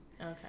Okay